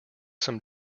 some